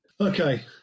Okay